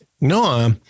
no